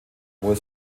wohl